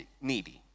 needy